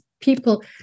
people